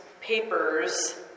papers